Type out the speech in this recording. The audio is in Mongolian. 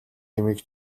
юмыг